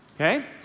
okay